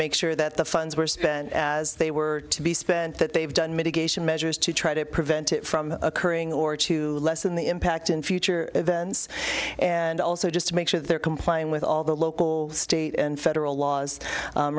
make sure that the funds were spent as they were to be spent that they've done mitigation measures to try to prevent it from occurring or to lessen the impact in future events and also just to make sure that they're complying with all the local state and federal laws